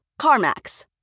CarMax